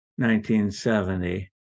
1970